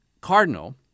cardinal